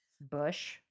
Bush